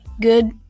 good